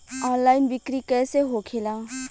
Online बिक्री कैसे होखेला?